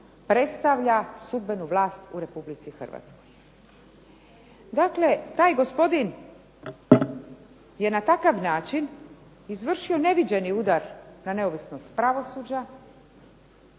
predstavlja sudbenu vlast u RH. Dakle, taj gospodin je na takav način izvršio neviđeni udar na neovisnost pravosuđa